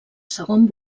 segon